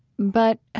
but